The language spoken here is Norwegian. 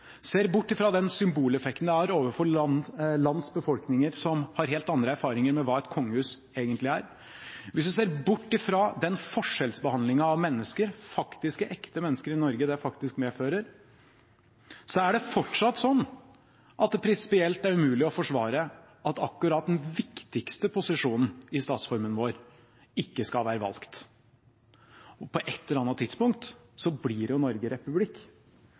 ser bort fra den symboleffekten det har overfor befolkninger i land som har helt andre erfaringer med hva et kongehus egentlig er, og ser bort fra den forskjellbehandlingen av mennesker – faktiske, ekte mennesker i Norge – som det medfører, er det fortsatt prinsipielt umulig å forsvare at akkurat den viktigste posisjonen i statsformen vår ikke skal være valgt. På et eller annet tidspunkt blir Norge republikk.